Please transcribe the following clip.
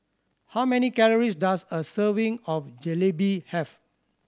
how many calories does a serving of Jalebi have